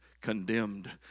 Condemned